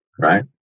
right